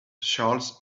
charles